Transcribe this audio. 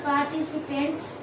Participants